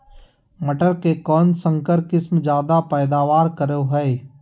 मटर के कौन संकर किस्म जायदा पैदावार करो है?